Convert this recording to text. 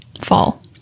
fall